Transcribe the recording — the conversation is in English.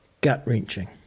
gut-wrenching